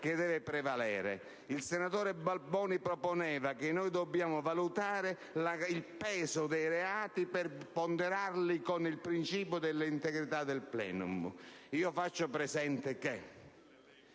che deve prevalere? Il senatore Balboni proponeva di valutare il peso dei reati per poi ponderarlo con il principio dell'integrità del *plenum*. Faccio presente che,